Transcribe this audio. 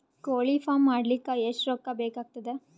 ಕೋಳಿ ಫಾರ್ಮ್ ಮಾಡಲಿಕ್ಕ ಎಷ್ಟು ರೊಕ್ಕಾ ಬೇಕಾಗತದ?